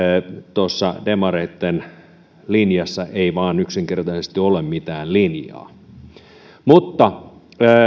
tuossa demareitten linjassa ei vain yksinkertaisesti ole mitään linjaa mutta